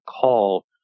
call